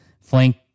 flank